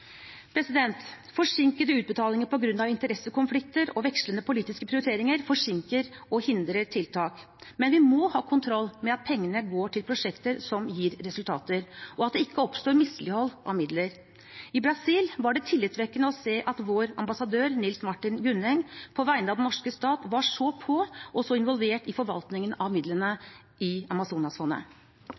Forsinkede utbetalinger på grunn av interessekonflikter og vekslende politiske prioriteringer forsinker og hindrer tiltak, men vi må ha kontroll med at pengene går til prosjekter som gir resultater, og at det ikke oppstår mislighold av midler. I Brasil var det tillitvekkende å se at vår ambassadør, Nils Martin Gunneng, på vegne av den norske stat var så på og så involvert i forvaltningen av midlene i Amazonasfondet.